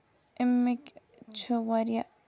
اَمِکۍ چھِ واریاہ